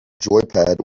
joypad